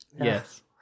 Yes